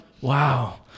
Wow